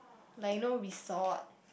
like you know resort